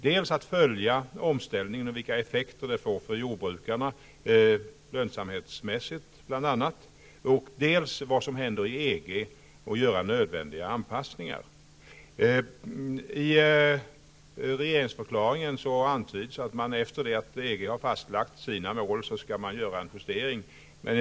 Den skall dels följa omställningen och vilka effekter den får på jordbrukarna bl.a. lönsamhetsmässigt, dels följa vad som sker i EG och göra nödvändiga anpassningar. I regeringsförklaringen antyds att man skall göra en justering efter det att EG har fastlagt sina mål.